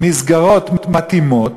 מסגרות מתאימות,